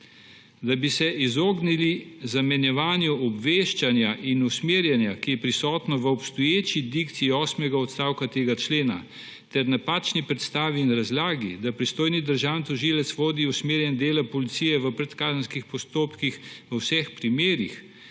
Da bi se izognili zamenjevanju obveščanja in usmerjanja, ki je prisotno v obstoječi dikciji osmega odstavka tega člena, ter napačni predstavi in razlagi, da pristojni državni tožilec vodi usmerjeno delo policije v predkazenskih postopkih v vseh primerih,